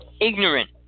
Ignorant